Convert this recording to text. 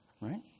Right